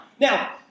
Now